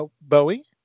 Bowie